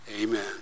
amen